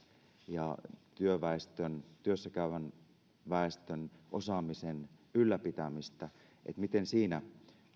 ja työssäkäyvän väestön osaamisen ylläpitämistä että miten siinä